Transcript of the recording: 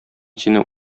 сине